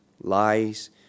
lies